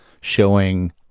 showing